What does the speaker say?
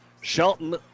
Shelton